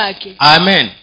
Amen